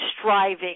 striving